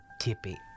Tippy